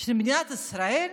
של מדינת ישראל,